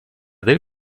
del